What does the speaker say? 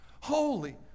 Holy